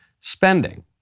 spending